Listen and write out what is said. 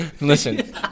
Listen